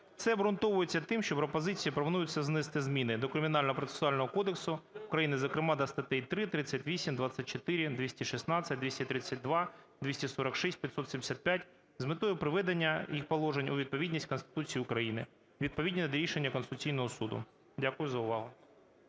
Це обґрунтовується тим, що пропозицією пропонується внести зміни до Кримінального процесуального кодексу України, зокрема до статей 3, 38, 24, 216, 232, 246, 575 з метою приведення їх положень у відповідність Конституції України, відповідно до рішення Конституційного Суду. Дякую за увагу.